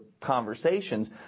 conversations